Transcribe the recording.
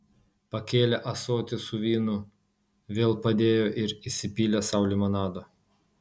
pakėlė ąsotį su vynu vėl padėjo ir įsipylė sau limonado